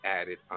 added